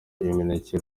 imineke